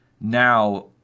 now